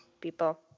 people